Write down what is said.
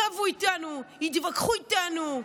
רבו איתנו, התווכחו איתנו.